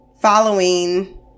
following